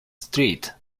street